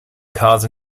cause